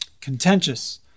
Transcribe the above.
contentious